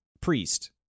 priest